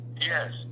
Yes